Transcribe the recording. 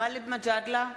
גאלב מג'אדלה,